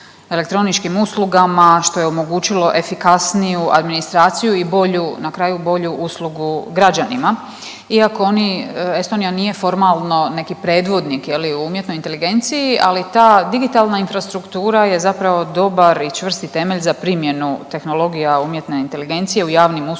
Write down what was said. što je omogućilo efikasniju administraciju i bolju na kraju bolju uslugu građanima. Iako oni, Estonija nije formalno neki predvodnik je li u umjetnoj inteligenciji, ali ta digitalna infrastruktura je zapravo dobar i čvrsti temelj za primjenu tehnologija umjetne inteligencije u javnim uslugama